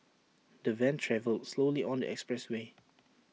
the van travelled slowly on the expressway